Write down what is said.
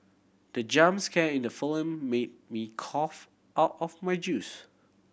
the jump scare in the film made me cough out of my juice